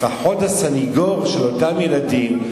לפחות הסניגור של אותם ילדים,